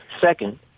Second